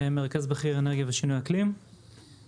מרכז בכיר נגב ושינוי אקלים במשרד.